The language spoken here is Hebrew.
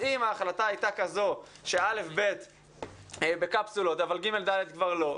אם ההחלטה הייתה כזאת שכיתות א'-ב' בקפסולות אבל כיתות ג'-ד' כבר לא,